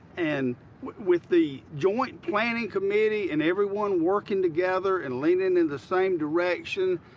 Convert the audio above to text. and with the joint planning committee and everyone working together and leaning in the same direction,